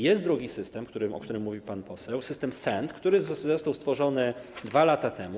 Jest drugi system, o którym mówił pan poseł - system SENT, który został stworzony 2 lata temu.